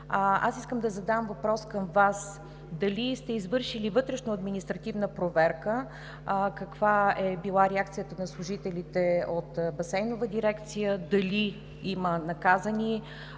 Аз искам да задам въпроса към Вас – дали сте извършили вътрешноадминистративна проверка, каква е била реакцията на служителите от Басейнова дирекция, дали има наказани